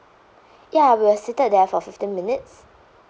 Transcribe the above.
ya we were seated there for fifteen minutes